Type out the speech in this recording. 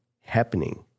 happening